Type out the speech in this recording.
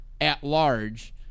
at-large